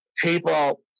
People